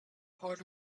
part